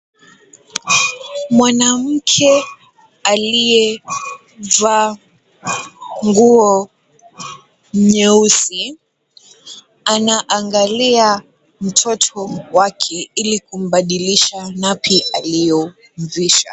Mwanamke aliyevaa nguo nyeusi ,anaangalia mtoto wake ili kumbadilisha napi aliyomvisha.